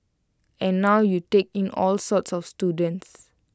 and now you take in all sorts of students